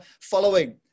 following